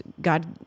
God